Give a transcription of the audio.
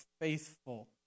faithful